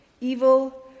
evil